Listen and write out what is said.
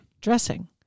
dressing